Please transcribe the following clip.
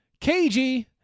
KG